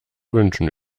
wünschen